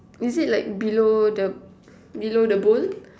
is it like below the below the bull